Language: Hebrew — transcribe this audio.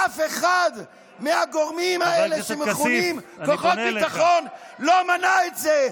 אף אחד מהגורמים האלה שמכונים כוחות ביטחון לא מנע את זה.